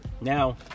Now